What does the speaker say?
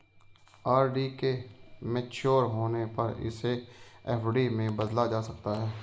RD के mature होने पर इसे एफ.डी में बदला जा सकता है